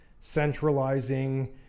centralizing